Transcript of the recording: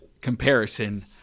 comparison